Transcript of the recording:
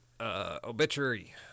Obituary